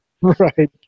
Right